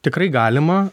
tikrai galima